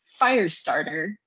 Firestarter